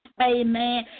Amen